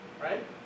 Right